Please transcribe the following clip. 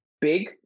big